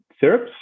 syrups